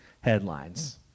headlines